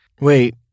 Wait